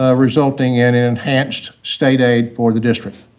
ah resulting in an enhanced state aid for the district.